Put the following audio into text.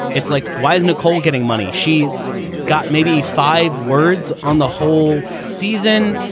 it's like, why is nicole getting money? she got maybe five words on the whole season.